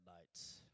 lights